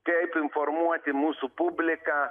kaip informuoti mūsų publiką